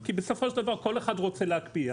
כי בסופו של דבר כל אחד רוצה להקפיא,